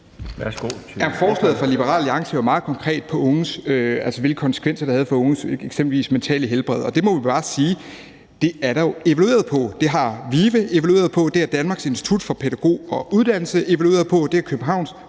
Forslaget fra Liberal Alliance går jo meget konkret på, hvilke konsekvenser det eksempelvis har haft for unges mentale helbred, og det må vi bare sige er evalueret. Det har VIVE evalueret, det har Danmarks institut for Pædagogik og Uddannelse evalueret, og det har Københavns